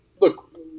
look